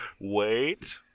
Wait